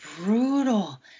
brutal